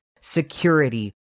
security